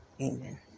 Amen